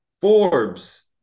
Forbes